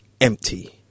empty